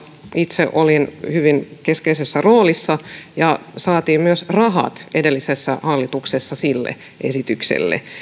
itse olin hyvin keskeisessä roolissa ja saatiin myös rahat edellisessä hallituksessa sille esitykselle